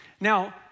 Now